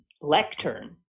lectern